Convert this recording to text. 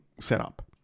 setup